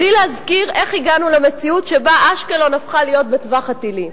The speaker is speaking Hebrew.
בלי להזכיר איך הגענו למציאות שבה אשקלון הפכה להיות בטווח הטילים.